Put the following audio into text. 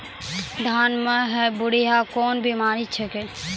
धान म है बुढ़िया कोन बिमारी छेकै?